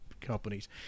companies